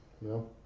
No